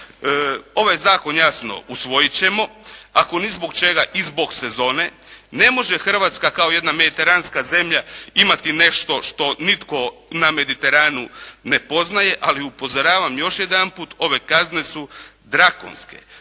Ovaj zakon jasno usvojit ćemo, ako ni zbog čega i zbog sezone. Ne može Hrvatska kao jedna mediteranska zemlja imati nešto što nitko na Mediteranu ne poznaje, ali upozoravam još jedanput, ove kazne su drakonske